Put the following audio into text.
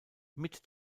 mit